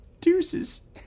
Deuces